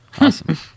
awesome